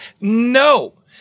No